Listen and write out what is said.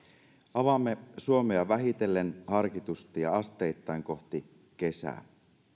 avaamme suomea vähitellen harkitusti ja asteittain kohti kesää